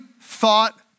thought